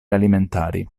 alimentari